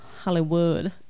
Hollywood